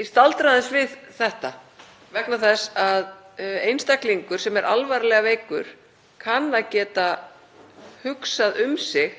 Ég staldra aðeins við þetta vegna þess að einstaklingur sem er alvarlega veikur kann að geta hugsað um sig